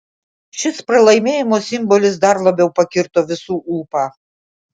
šis pralaimėjimo simbolis dar labiau pakirto visų ūpą